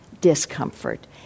discomfort